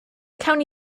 county